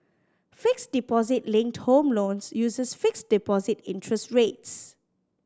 fixed deposit linked home loans uses fixed deposit interest rates